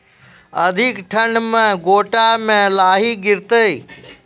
अधिक ठंड मे गोटा मे लाही गिरते?